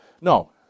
No